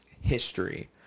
history